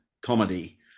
comedy